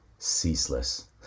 Ceaseless